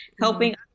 helping